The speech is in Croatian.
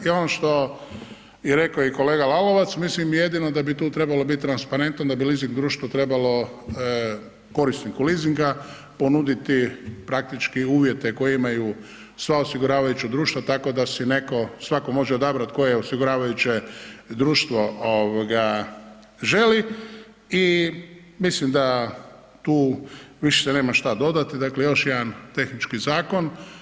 I ono što je rekao i kolega Lalovac, mislim jedino da bi tu trebalo bit transparentno da bi leasing društvo trebalo korisniku leasinga ponuditi praktički uvjete koje imaju sva osiguravajuća društva, tako da si neko, svako može odabrat koje osiguravajuće društvo ovoga želi i mislim da tu više nema šta dodati, dakle još jedan tehnički zakon.